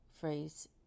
phrase